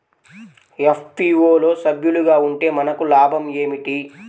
FPO లో సభ్యులుగా ఉంటే మనకు లాభం ఏమిటి?